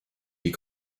die